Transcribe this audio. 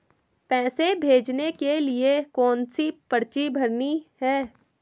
पैसे भेजने के लिए कौनसी पर्ची भरनी है?